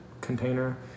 container